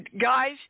Guys